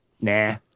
Nah